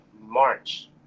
March